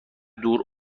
دور